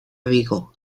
vigo